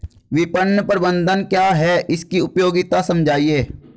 विपणन प्रबंधन क्या है इसकी उपयोगिता समझाइए?